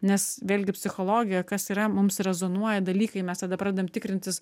nes vėlgi psichologija kas yra mums rezonuoja dalykai mes tada pradedam tikrintis